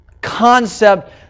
concept